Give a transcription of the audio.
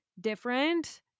different